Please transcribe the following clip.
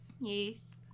Yes